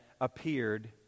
appeared